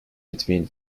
between